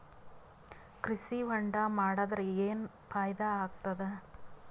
ಕೃಷಿ ಹೊಂಡಾ ಮಾಡದರ ಏನ್ ಫಾಯಿದಾ ಆಗತದ?